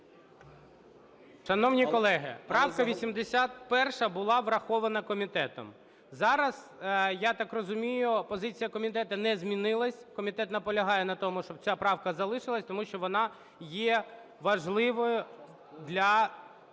Шановні колеги, правка 81 була врахована комітетом. Зараз, я так розумію, позиція комітету не змінилась, комітет наполягає на тому, щоб ця правка залишилась, тому що вона є важливою для…